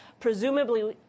presumably